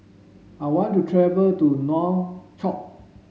I want to travel to Nouakchott